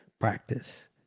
practice